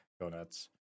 Donuts